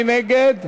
מי נגד?